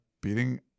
beating